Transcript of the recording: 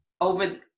over